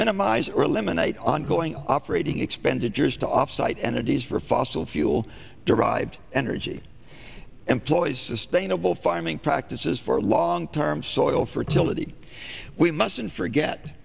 minimize or lemonade ongoing operating expenditures to off site energies for fossil fuel derived energy employs sustainable farming practices for long term soil fertility we mustn't forget